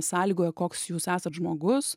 sąlygoja koks jūs esat žmogus